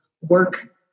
work